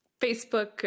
Facebook